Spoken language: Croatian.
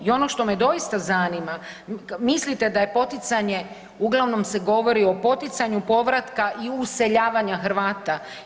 I ono što me doista zanima, mislite da je poticanje, uglavnom se govori o poticanju povratka i useljavanja Hrvata.